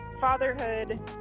fatherhood